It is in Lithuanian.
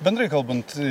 bendrai kalbant